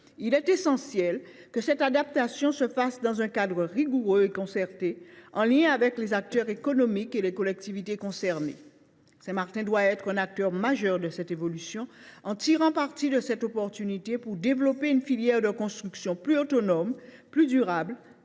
Il est essentiel que cette adaptation se fasse dans un cadre rigoureux et concerté, en lien avec les acteurs économiques et les collectivités concernées. Saint Martin doit être un acteur majeur de cette évolution et tirer parti de cette opportunité pour développer une filière de construction plus autonome, plus durable,